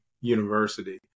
University